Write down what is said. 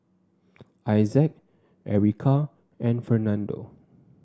Issac Ericka and Fernando